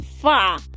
far